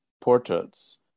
portraits